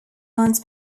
runs